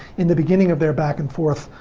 in the beginning of their back and forth,